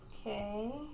Okay